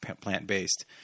plant-based